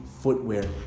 footwear